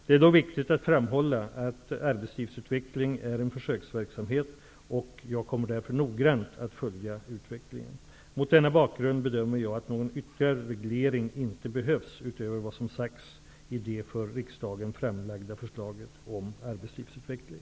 Det är dock viktigt att framhålla att arbetslivsutveckling är en försöksverksamhet, och jag kommer därför noggrant att följa utvecklingen. Mot denna bakgrund bedömer jag att någon ytterligare reglering inte behövs utöver vad som sagts i det för riksdagen framlagda förslaget om arbetslivsutveckling .